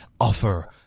offer